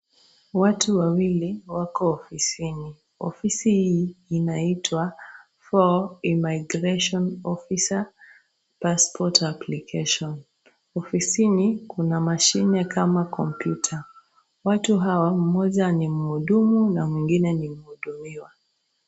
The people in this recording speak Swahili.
Watu wawili wako ofisini. Ofisi hii inaitwa four Immigration Officer Passport Application . Ofisini, kuna mashine kama komputa. Watu hawa mmoja ni mhudumu na mwingine ni mhudumiwa.